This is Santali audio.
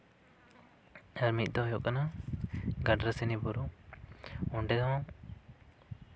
ᱟᱨ ᱢᱤᱫ ᱫᱚ ᱦᱩᱭᱩᱜ ᱠᱟᱱᱟ ᱜᱟᱰᱨᱟᱥᱤᱱᱤ ᱵᱩᱨᱩ ᱚᱸᱰᱮ ᱦᱚᱸ